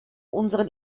unseren